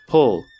Pull